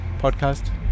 podcast